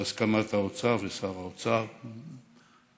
והסכמת האוצר ושר האוצר בראשם,